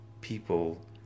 people